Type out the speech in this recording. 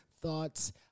Thoughts